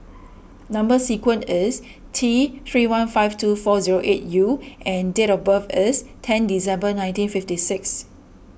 Number Sequence is T three one five two four zero eight U and date of birth is ten December nineteen fifty six